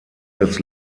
des